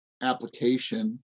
application